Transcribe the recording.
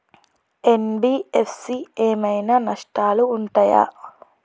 NBFC ఏమైనా నష్టాలు ఉంటయా?